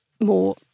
more